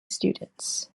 students